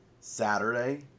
Saturday